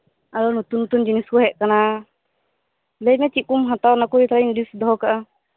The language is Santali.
ᱟᱨᱦᱚᱸ ᱱᱚᱛᱩᱱ ᱱᱚᱛᱩᱱ ᱡᱤᱱᱤᱥᱠᱚ ᱦᱮᱡ ᱟᱠᱟᱱᱟ ᱞᱟᱹᱭᱢᱮ ᱪᱮᱫᱠᱚᱢ ᱦᱟᱛᱟᱣᱟ ᱚᱱᱟᱠᱚ ᱛᱟᱦᱚᱞᱮᱧ ᱞᱤᱥᱴ ᱫᱚᱦᱚᱠᱟᱜᱼᱟ